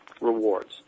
rewards